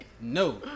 No